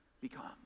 become